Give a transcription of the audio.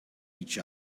each